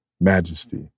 majesty